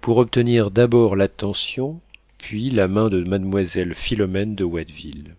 pour obtenir d'abord l'attention puis la main de mademoiselle philomène de watteville